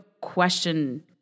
question